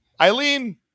Eileen